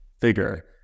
figure